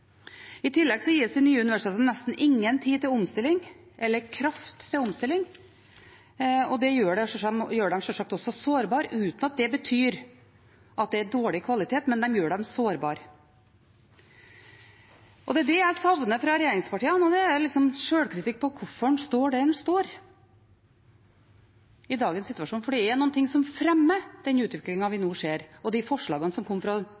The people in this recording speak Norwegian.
I tillegg gis de nye universitetene nesten ingen tid eller kraft til omstilling. Det gjør dem sjølsagt også sårbare, uten at det betyr at det er dårlig kvalitet – men det gjør dem sårbare. Og det er det jeg savner fra regjeringspartiene: sjølkritikk på hvorfor en står der en står i dagens situasjon, for det er noen ting som fremmer den utviklingen vi nå ser, og de forslagene som kommer fra